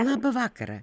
labą vakarą